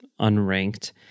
unranked